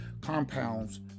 compounds